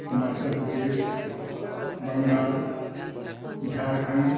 Himachal Pradesh Bengal Jharkhand